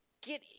get